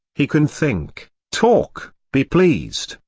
he can think, talk, be pleased,